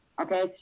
okay